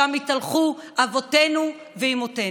ששם התארחו אבותינו ואימותינו.